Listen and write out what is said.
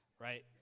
right